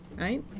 Right